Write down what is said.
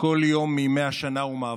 כל יום מימי השנה הוא מאבק.